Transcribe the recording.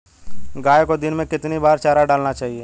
गाय को दिन में कितनी बार चारा डालना चाहिए?